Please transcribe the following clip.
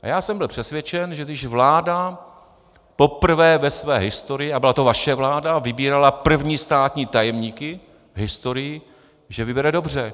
Já jsem byl přesvědčen, že když vláda poprvé ve své historii, a byla to vaše vláda a vybírala první státní tajemníky v historii, že vybere dobře.